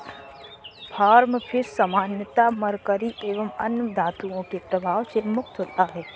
farm fish सामान्यतः mercury एवं अन्य धातुओं के प्रभाव से मुक्त होता है